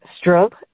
stroke